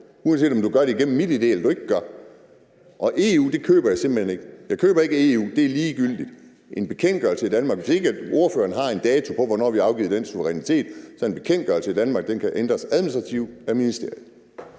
eller du ikke gør det. Og det med EU køber jeg simpelt hen ikke. Jeg køber ikke det med EU. Det er ligegyldigt. Det er en bekendtgørelse i Danmark, og hvis ikke ordføreren har en dato for, hvornår vi har afgivet den suverænitet, kan en bekendtgørelse i Danmark ændres administrativt af ministeriet.